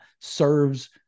serves